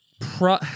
pro